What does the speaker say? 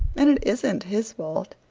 and it isn't his fault.